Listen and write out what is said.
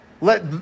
Let